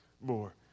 more